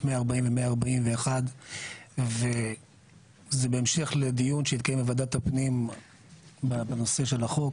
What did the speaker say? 140 ו-141 וזה בהמשך לדיון שהתקיים בוועדת הפנים בנושא של החוק